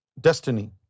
destiny